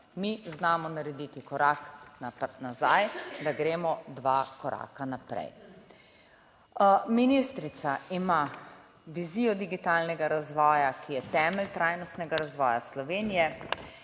mi znamo narediti korak nazaj, da gremo dva koraka naprej. Ministrica ima vizijo digitalnega razvoja, ki je temelj trajnostnega razvoja Slovenije